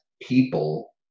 people